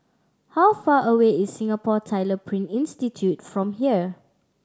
how far away is Singapore Tyler Print Institute from here